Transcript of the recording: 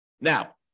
Now